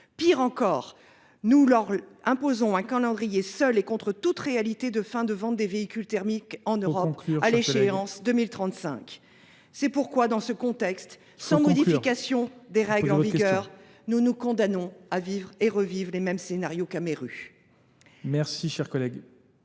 Pire encore, nous leur imposons un calendrier seul et contre toute réalité de fin de vente des véhicules thermiques en Europe à l'échéance 2035. C'est pourquoi dans ce contexte, sans modification des règles en vigueur, nous nous condamnons à vivre et revivre les mêmes scénarios qu'à Meru.